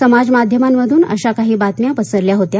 समाज माध्यमांमधून अशा काही बातम्या पसरल्या होत्या